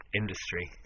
industry